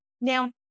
Now